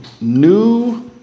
new